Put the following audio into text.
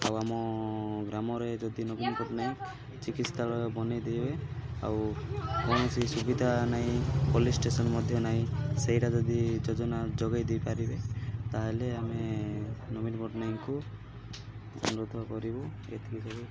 ଆଉ ଆମ ଗ୍ରାମରେ ଯଦି ନବୀନ ପଟ୍ଟନାୟକ ଚିକିତ୍ସାଳୟ ବନାଇ ଦେବ ଆଉ କୌଣସି ସୁବିଧା ନାହିଁ ପୋଲିସ ଷ୍ଟେସନ ମଧ୍ୟ ନାହିଁ ସେଇଟା ଯଦି ଯୋଜନା ଯୋଗାଇ ଦେଇପାରିବେ ତା'ହେଲେ ଆମେ ନବୀନ ପଟ୍ଟନାୟକଙ୍କୁ ଅନୁରୋଧ କରିବୁ ଏତିକି